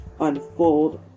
unfold